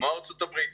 כמו: ארצות הברית,